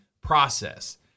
process